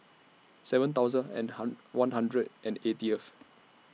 seven thousand and one hundred and eightieth